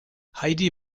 heidi